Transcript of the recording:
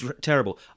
terrible